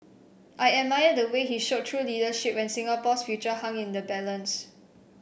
I admire the way he showed true leadership when Singapore's future hung in the balance